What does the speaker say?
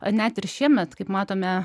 ar net ir šiemet kaip matome